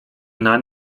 nań